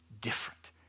different